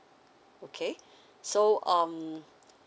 okay so um